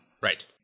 Right